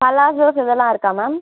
palazzos இதெல்லாம் இருக்கா ma'am